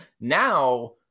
now